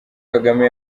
kagame